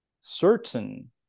certain